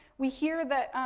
we hear that,